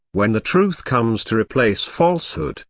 when the truth comes to replace falsehood,